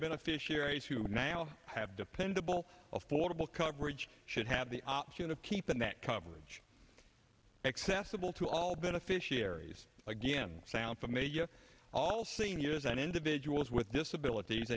officiates who now have dependable affordable coverage should have the option of keeping that coverage accessible to all beneficiaries again sound familiar all seniors and individuals with disabilities